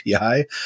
API